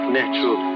natural